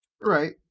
Right